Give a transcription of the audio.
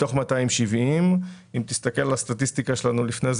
מתוך 270. אם תסתכל על הסטטיסטיקה שלנו לפני כן,